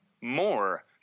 more